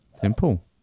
simple